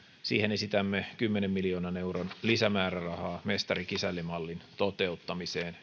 esitämme kymmenen miljoonan euron lisämäärärahaa mestari kisälli mallin toteuttamiseen